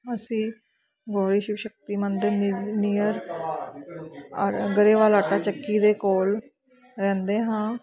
ਅਸੀਂ ਬੋਏ ਸ਼ਸ਼ਕਤੀ ਮੰਦਿਰ ਨੀਜ ਨੀਅਰ ਔਰ ਗਰੇਵਾਲ ਆਟਾ ਚੱਕੀ ਦੇ ਕੋਲ ਰਹਿੰਦੇ ਹਾਂ